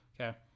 Okay